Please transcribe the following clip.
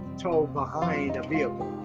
tow behind a vehicle,